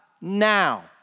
now